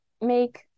make